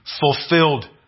fulfilled